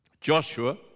Joshua